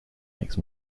next